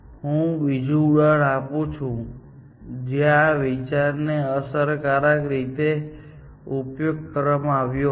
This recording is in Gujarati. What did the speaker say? હું બીજું ઉદાહરણ આપું છું જ્યાં આ વિચારનો અસરકારક રીતે ઉપયોગ કરવામાં આવ્યો હતો